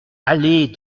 allée